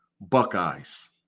Buckeyes